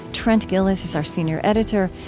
trent gilliss is our senior editor.